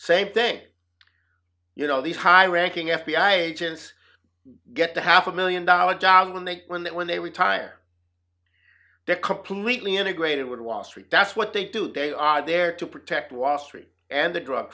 same thing you know these high ranking f b i agents get a half a million dollar job when they when they when they retire they're completely integrated with wall street that's what they do they are there to protect wall street and the drug